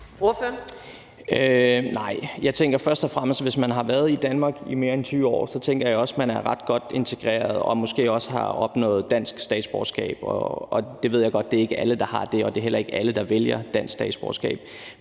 hvis man har været i Danmark i mere end 20 år, er man ret godt integreret, og måske har man også opnået dansk statsborgerskab. Det ved jeg godt at ikke alle har, og det er heller ikke alle, der vælger dansk statsborgerskab.